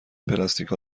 پلاستیکها